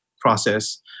process